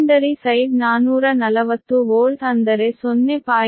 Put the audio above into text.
secondary side 440 volt ಅಂದರೆ 0